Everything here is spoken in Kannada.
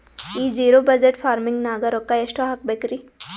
ಈ ಜಿರೊ ಬಜಟ್ ಫಾರ್ಮಿಂಗ್ ನಾಗ್ ರೊಕ್ಕ ಎಷ್ಟು ಹಾಕಬೇಕರಿ?